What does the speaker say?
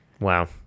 Wow